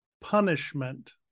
punishment